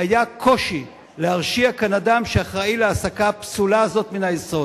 היה קושי להרשיע כאן אדם שאחראי להעסקה הפסולה הזאת מן היסוד.